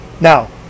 Now